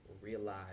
realize